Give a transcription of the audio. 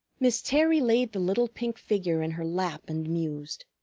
miss terry laid the little pink figure in her lap and mused.